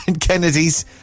Kennedys